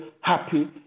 happy